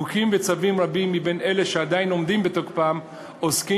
חוקים וצווים רבים מבין אלה שעדיין עומדים בתוקפם עוסקים